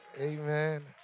Amen